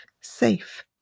safe